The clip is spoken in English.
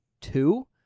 two